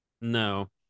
No